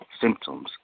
symptoms